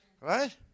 Right